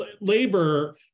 Labor